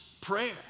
prayer